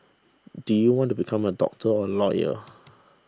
do you want to become a doctor or a lawyer